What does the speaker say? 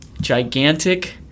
gigantic